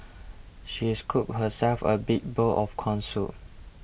she scooped herself a big bowl of Corn Soup